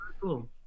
Cool